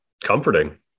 Comforting